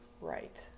Right